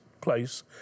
place